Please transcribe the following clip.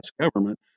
government